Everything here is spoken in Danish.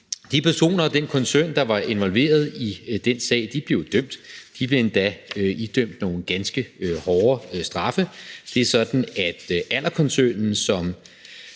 de personer og den koncern, der var involveret i den sag, jo blev dømt. De blev endda idømt nogle ganske hårde straffe. Det er sådan, at Allerkoncernen, som